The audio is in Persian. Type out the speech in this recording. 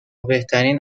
بهترین